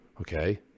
okay